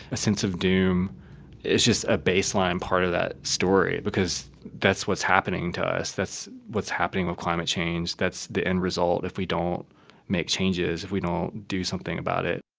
a sense of doom is just a baseline and part of that story, because that's what's happening to us. that's what's happening with climate change. that's the end result if we don't make changes, if we don't do something about it.